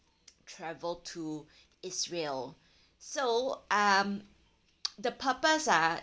travel to israel so um the purpose ah